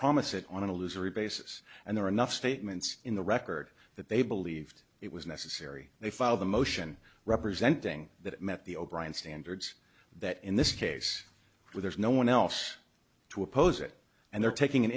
promise it on a loser basis and there are enough statements in the record that they believed it was necessary they filed the motion represent doing that met the o'brien standards that in this case there's no one else to oppose it and they're taking an